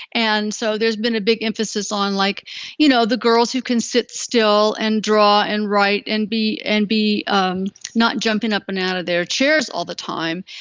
and large. so there's been a big emphasis on like you know the girls who can sit still and draw and write and be and be um not jumping up and out of their chairs all the time,